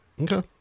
okay